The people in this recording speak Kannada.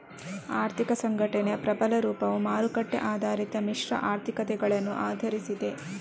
ಆರ್ಥಿಕ ಸಂಘಟನೆಯ ಪ್ರಬಲ ರೂಪವು ಮಾರುಕಟ್ಟೆ ಆಧಾರಿತ ಮಿಶ್ರ ಆರ್ಥಿಕತೆಗಳನ್ನು ಆಧರಿಸಿದೆ